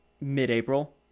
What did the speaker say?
mid-April